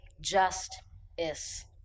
just-is